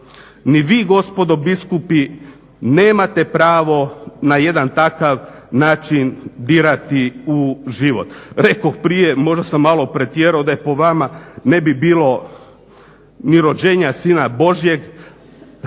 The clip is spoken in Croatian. ni vi gospodo biskupi nemate pravo na jedan takav način dirati u život. Rekoh prije, možda sam malo pretjerao da je po vama, ne bi bilo ni rođenja sina Božjeg, ali